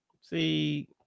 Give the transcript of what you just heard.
see